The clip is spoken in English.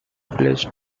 place